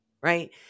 right